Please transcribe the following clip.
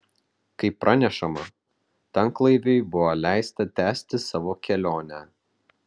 kaip pranešama tanklaiviui buvo leista tęsti savo kelionę